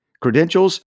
Credentials